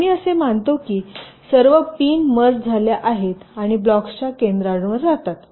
तर आम्ही असे मानतो की सर्व पिन मर्ज झाल्या आहेत आणि ब्लॉक्सच्या केंद्रांवर राहतात